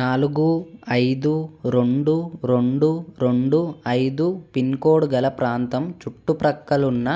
నాలుగు ఐదు రెండు రెండు రెండు ఐదు పిన్ కోడ్ గల ప్రాంతం చుట్టుప్రక్కలున్న